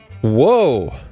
Whoa